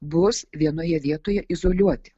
bus vienoje vietoje izoliuoti